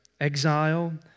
exile